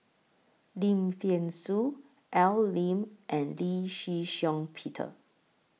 Lim Thean Soo Al Lim and Lee Shih Shiong Peter